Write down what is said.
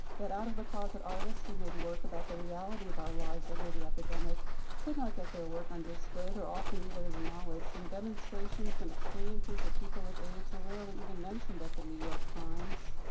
that out of the closet artists who made work about the reality of our lives under the epidemic could not get their work understood or often even acknowledged, and demonstrations and experiences of people with aids were rarely even mentioned at the new york crimes.